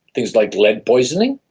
things like lead poisoning,